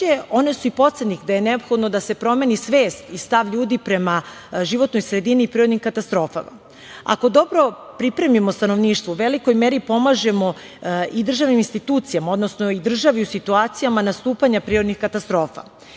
one su i podsetnik da je neophodno da se promeni svest i stav ljudi prema životnoj sredini i prirodnim katastrofama. Ako dobro pripremimo stanovništvo u velikoj meri pomažemo i državnim institucijama, odnosno državi u situaciji nastupanja prirodnih katastrofa. Podatak